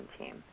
team